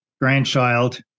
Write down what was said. grandchild